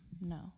No